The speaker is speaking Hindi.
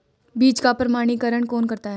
बीज का प्रमाणीकरण कौन करता है?